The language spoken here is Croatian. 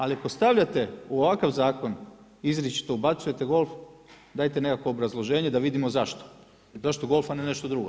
Ali ako postavljate u ovakav zakon izričito ubacujete golf, dajte nekakvo obrazloženje da vidimo zašto, zašto golf, a ne nešto drugo?